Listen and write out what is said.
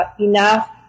enough